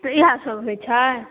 तऽ इएहसभ होइ छै